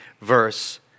verse